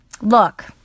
Look